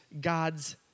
God's